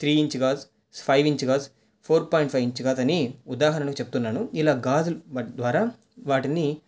three inch gauge five inch gauge four point five gauge అని ఉదాహరణకు చెప్తున్నాను ఇలా గాజ్లు ద్వారా వాటిని